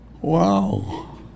Wow